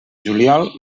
juliol